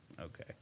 okay